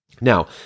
Now